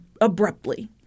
abruptly